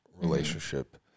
relationship